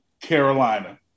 Carolina